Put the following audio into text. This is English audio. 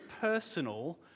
personal